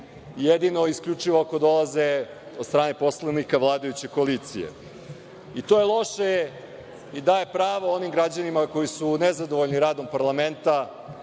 jedino i isključivo ako dolaze od strane poslanika vladajuće koalicije. To je loše i daje pravo onim građanima koji su nezadovoljni radom parlamenta